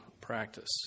practice